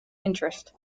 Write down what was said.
interest